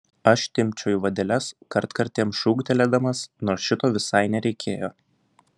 aš timpčiojau vadeles kartkartėm šūktelėdamas nors šito visai nereikėjo